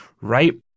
right